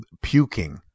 puking